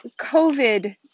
COVID